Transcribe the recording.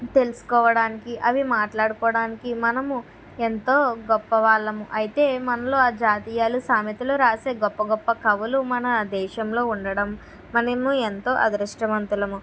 తెలుసుకోవడానికి అవి మాట్లాడుకోవడానికి మనము ఎంతో గొప్ప వాళ్ళం అయితే మనలో ఆ జాతీయాలు సామెతలు రాసే గొప్ప గొప్ప కవులు మన దేశంలో ఉండడం మనము ఎంతో అదృష్టవంతులము